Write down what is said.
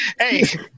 Hey